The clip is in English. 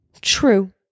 True